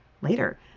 later